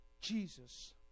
Jesus